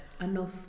Enough